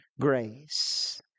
grace